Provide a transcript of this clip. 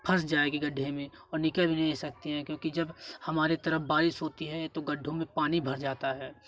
फंस जाएगी गढ्ढे में और निकल भी नहीं सकती हैं क्योंकि जब हमारे तरफ बारिश होती है तो गड्ढो में पानी भर जाता है